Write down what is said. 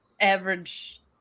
average